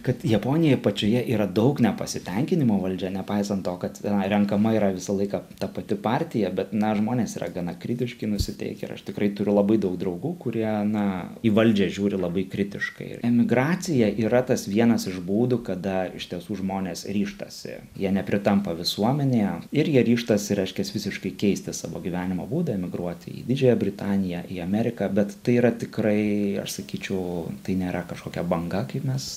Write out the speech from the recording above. kad japonijoj pačioje yra daug nepasitenkinimo valdžia nepaisant to kad yra renkama yra visą laiką ta pati partija bet na žmonės yra gana kritiškai nusiteikę ir aš tikrai turiu labai daug draugų kurie na į valdžią žiūri labai kritiškai emigracija yra tas vienas iš būdų kada iš tiesų žmonės ryžtasi jie nepritampa visuomenėje ir jie ryžtasi reiškias visiškai keisti savo gyvenimo būdą emigruoti į didžiąją britaniją į ameriką bet tai yra tikrai aš sakyčiau tai nėra kažkokia banga kaip mes